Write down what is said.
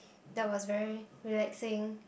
that was very relaxing